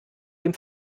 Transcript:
dem